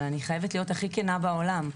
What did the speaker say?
אבל אני חייבת להיות הכי כנה בעולם.